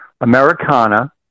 americana